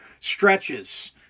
stretches